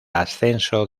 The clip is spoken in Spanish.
ascenso